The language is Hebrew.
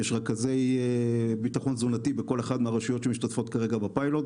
יש רכזי ביטחון תזונתי בכל אחת מהרשויות שמשתתפות כרגע בפיילוט,